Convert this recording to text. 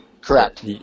Correct